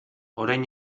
orain